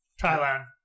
Thailand